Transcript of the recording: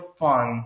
fun